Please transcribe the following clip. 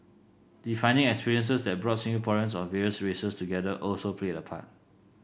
defining experiences that brought Singaporeans of various races together also played a part